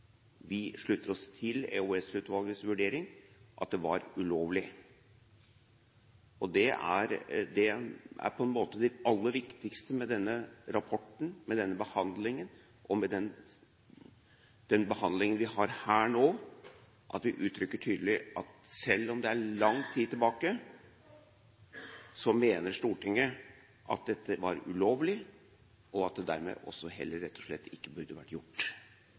vi en ordentlig markering. Vi slutter oss til EOS-utvalgets vurdering, at det var ulovlig. Det er på en måte det aller viktigste med denne rapporten, med den behandlingen, og med behandlingen vi har her nå. Vi uttrykker tydelig at selv om det er lang tid tilbake, mener Stortinget at dette var ulovlig, og at det dermed rett og slett heller ikke burde vært gjort,